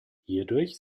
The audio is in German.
hierdurch